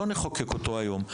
לא נחוקק אותו היום,